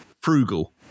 Frugal